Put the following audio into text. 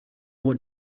what